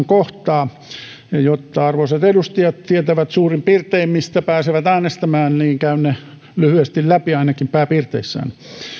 kohtaa jotta arvoisat edustajat tietävät suurin piirtein mistä pääsevät äänestämään käyn ne lyhyesti läpi ainakin pääpiirteissään